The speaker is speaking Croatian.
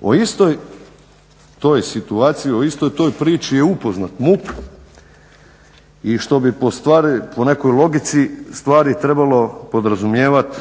O istoj toj situaciji, o istoj toj priči je upoznat MUP i što bi po nekoj logici stvari trebalo podrazumijevat